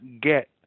get